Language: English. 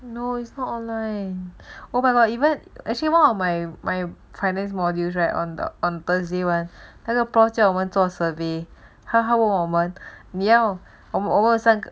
no it's not online 我搬到 even actually one of my my finance modules right on the on thursday 完他的 prof 教我们做 survey haha 我们 nail over 上